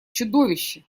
чудовище